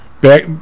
back